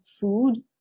food